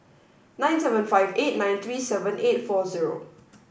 nine seven five eight nine three seven eight four zero